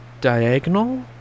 diagonal